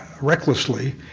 recklessly